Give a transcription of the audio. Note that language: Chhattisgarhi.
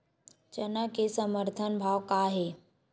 चना के समर्थन भाव का हे?